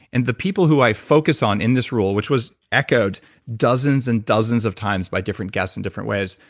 and the people who i focus on in this rule, which was echoed dozens and dozens of times by different guests in different ways.